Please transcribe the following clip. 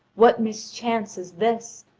what mischance is this!